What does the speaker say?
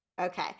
Okay